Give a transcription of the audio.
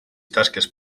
tasques